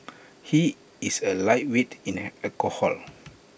he is A lightweight in alcohol